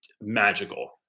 magical